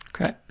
okay